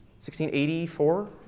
1684